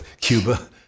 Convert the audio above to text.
Cuba